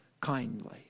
kindly